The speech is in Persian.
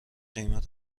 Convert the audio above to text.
قیمت